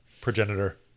progenitor